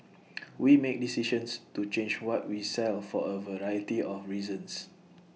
we make decisions to change what we sell for A variety of reasons